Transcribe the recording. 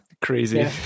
crazy